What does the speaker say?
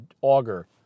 Auger